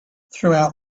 throughout